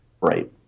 Right